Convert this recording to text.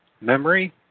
memory